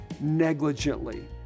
negligently